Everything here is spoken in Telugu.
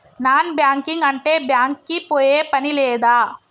నాన్ బ్యాంకింగ్ అంటే బ్యాంక్ కి పోయే పని లేదా?